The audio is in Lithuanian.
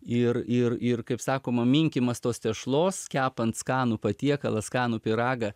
ir ir ir kaip sakoma minkymas tos tešlos kepant skanų patiekalą skanų pyragą